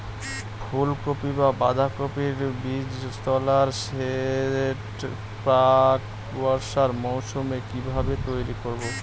ফুলকপি বা বাঁধাকপির বীজতলার সেট প্রাক বর্ষার মৌসুমে কিভাবে তৈরি করব?